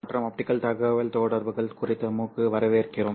வணக்கம் மற்றும் ஆப்டிகல் தகவல்தொடர்புகள் குறித்த MOOC க்கு வரவேற்கிறோம்